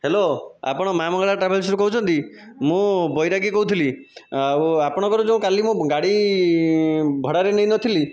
hello ଆପଣ ମା ମଙ୍ଗଳା ଟ୍ରାଭେଲ୍ସରୁ କହୁଛନ୍ତି ମୁଁ ବୈରାଗି କହୁଥିଲି ଆଉ ଆପଣଙ୍କର ଯେଉଁ କାଲି ମୁଁ ଗାଡ଼ି ଭଡ଼ାରେ ନେଇନଥିଲି